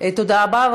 תודה רבה.